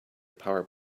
power